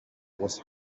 was